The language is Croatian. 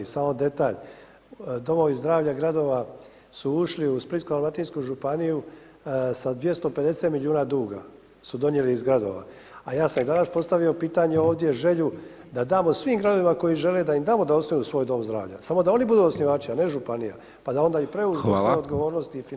Samo detalj, domovi zdravlja gradova su ušli u Splitsko-dalmatinsku županiju sa 250 milijuna duga, su donijeli iz gradova, a ja sam danas postavio pitanje ovdje, želju da damo svim gradovima koji žele da im damo da osnuju svoj dom zdravlja, samo da oni budu osnivači, a ne županija, pa da onda i preuzmu sve odgovornosti i financijske